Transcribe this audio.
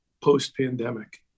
post-pandemic